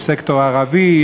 יש סקטור ערבי,